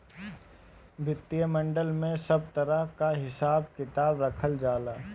वित्तीय मॉडल में सब तरह कअ हिसाब किताब रखल जाला